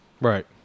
Right